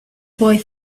boy